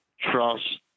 trust